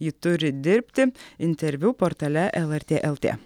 ji turi dirbti interviu portale lrt lt